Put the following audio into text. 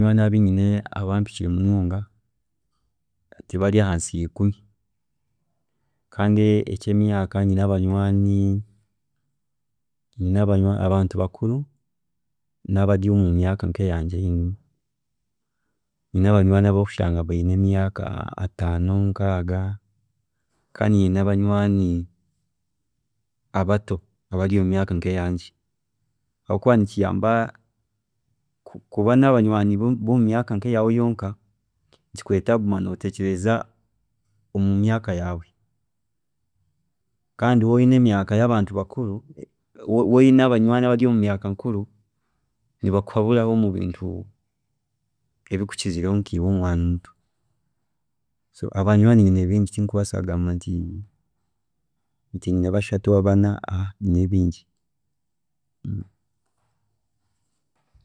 ﻿Nyowe abu nyine abampikire munonga tibari ahansi ya ikumi kandi ekyemyaaka nyine abanywaani nyine abantu bakuru nabari omumyaaka nkeyangye eyi nyine. Nyine abanywaani abu orikushanga biine emyaaka ataano, nkaaga, kandi nyine abanywaani abato, abari omu myaaka nkeyangye hakuba nikiyamba, ku- kuba nabanywaani bomumyaaka nkeyaawe yonka nikikureetera kuguma noteekyereza omumyaaka yaawe kandi waaba oyine abanywaani abare omumyaaka mikuru, nibakuhaburaho omu bintu ebikukizireho nkiiwe nkomwaana so abanywaani nyine bingi tinkubaasa kugamba nti- nti nyine bashatu oba bana, abanywaani nyine bingi.